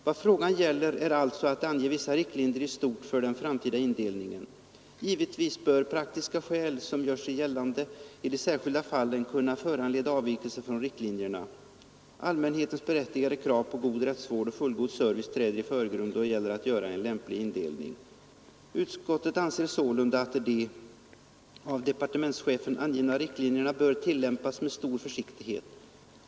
Vad frågan gäller är alltså att ange vissa riktlinjer i stort för den framtida indelningen. Givetvis bör praktiska skäl som gör sig gällande i de särskilda fallen kunna föranleda avvikelser från riktlinjerna. Allmänhetens berättigade krav på god rättsvård och en fullgod service träder i förgrunden då det gäller att göra en lämplig indelning.” Längre ned står det: ”Utskottet anser sålunda, att de av departementschefen angivna riktlinjerna bör tillämpas med stor försiktighet.